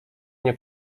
nie